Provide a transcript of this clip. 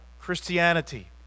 Christianity